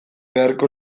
beharko